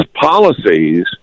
policies